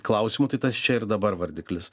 klausimų tai tas čia ir dabar vardiklis